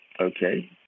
Okay